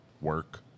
work